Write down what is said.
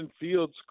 Fields